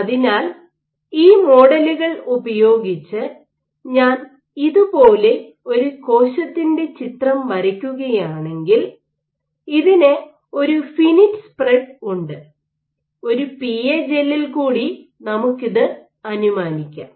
അതിനാൽ ഈ മോഡലുകൾ ഉപയോഗിച്ച് ഞാൻ ഇതുപോലെ ഒരു കോശത്തിൻറെ ചിത്രം വരയ്ക്കുകയാണെങ്കിൽ ഇതിന് ഒരു ഫിനിറ്റ് സ്പ്രെഡ് ഉണ്ട് ഒരു പിഎ ജെല്ലിൽ കൂടി നമുക്ക് ഇത് അനുമാനിക്കാം